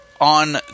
on